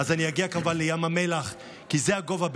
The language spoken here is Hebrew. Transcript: אז אני אגיע כמובן לים המלח כי זה הגובה,